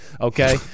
okay